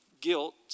Guilt